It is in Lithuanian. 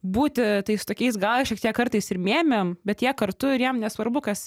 būti tais tokiais gal šiek tiek kartais ir mėmėm bet jie kartu ir jiem nesvarbu kas